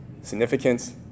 significance